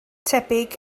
tebyg